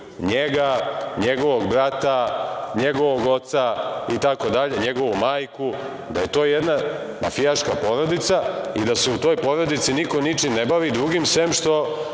njega, njegovog brata, njegovog oca, njegovu majku da je to jedna mafijaška porodica i da se u toj porodici niko ničim ne bavi drugim sem što